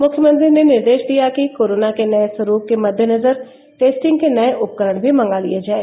मुख्यमंत्री ने निर्देश दिया कि कोरोना के नये स्वरूप के मददेनजर टेस्टिंग के नये उपकरण भी मंगा लिये जाएं